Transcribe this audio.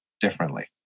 differently